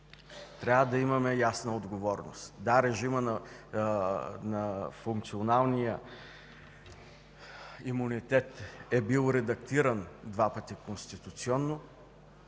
Трябва да имаме ясна отговорност. Да, режимът на функционалния имунитет е бил редактиран два пъти конституционно.